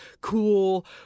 cool